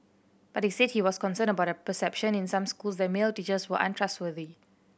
but he said he was concerned about a perception in some schools that male teachers were untrustworthy